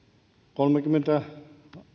kolmekymmentä